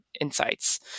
insights